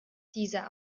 dieser